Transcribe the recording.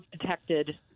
detected